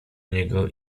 niego